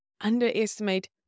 underestimate